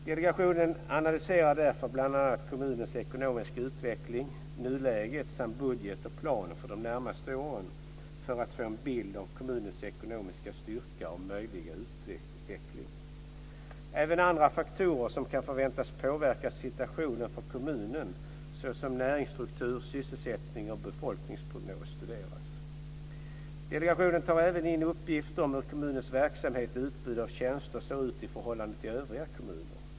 Delegationen analyserar därför bl.a. kommunens ekonomiska utveckling, nuläget samt budget och plan för de närmaste åren för att få en bild av kommunens ekonomiska styrka och möjliga utveckling. Även andra faktorer som kan förväntas påverka situationen för kommunen såsom näringsstruktur, sysselsättning och befolkningsprognos studeras. Delegationen tar även in uppgifter om hur kommunens verksamhet och utbud av tjänster ser ut i förhållande till övriga kommuner.